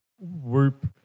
Whoop